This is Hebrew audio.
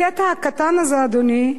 הקטע הקטן הזה, אדוני,